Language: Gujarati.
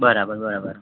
બરાબર બરાબર